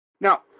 Now